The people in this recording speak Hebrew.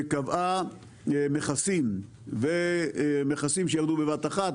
שקבעה מכסים ומכסים שירדו בבת אחת,